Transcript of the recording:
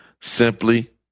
simply